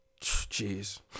Jeez